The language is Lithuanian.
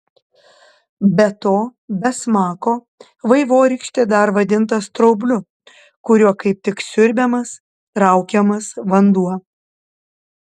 be to be smako vaivorykštė dar vadinta straubliu kuriuo kaip tik siurbiamas traukiamas vanduo